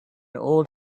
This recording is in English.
old